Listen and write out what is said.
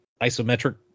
isometric